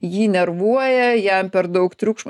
jį nervuoja jam per daug triukšmo